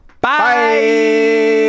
Bye